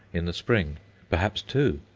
in the spring perhaps two.